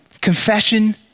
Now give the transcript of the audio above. Confession